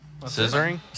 Scissoring